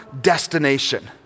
destination